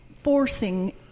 forcing